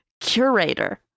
Curator